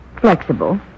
flexible